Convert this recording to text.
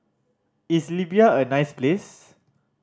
is Libya a nice place